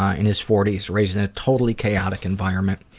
ah in his forties, raised in a totally chaotic environment.